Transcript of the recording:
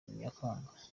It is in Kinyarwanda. nyakanga